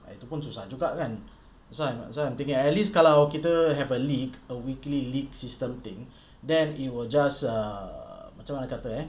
itu pun susah juga kan so I'm so I'm thinking at least kalau kita have a league a weekly league system thing then it will just err macam mana kata eh